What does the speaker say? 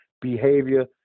behavior